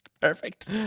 Perfect